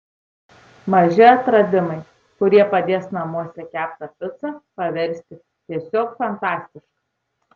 maži atradimai kurie padės namuose keptą picą paversti tiesiog fantastiška